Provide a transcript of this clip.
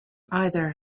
either